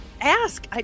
ask